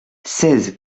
seize